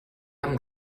amb